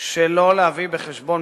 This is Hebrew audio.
שלא להביא בחשבון,